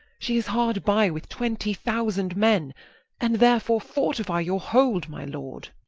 she is hard by, with twentie thousand men and therefore fortifie your hold, my lord